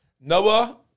Noah